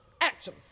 Action